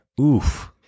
Oof